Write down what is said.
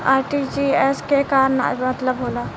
RTGS के का मतलब होला?